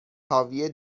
حاوی